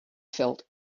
felt